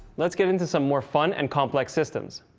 let's get into some more fun and complex systems.